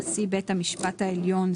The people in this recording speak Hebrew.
נשיא בית המשפט העליון,